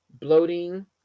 bloating